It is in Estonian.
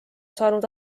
saanud